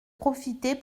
profité